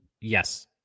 Yes